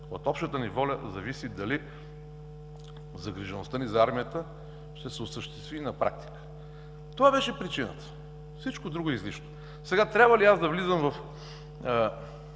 От общата ни воля зависи дали загрижеността ни за армията ще се осъществи и на практика. Това беше причината, всичко друго е излишно. Трябва ли да влизам в